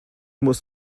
muss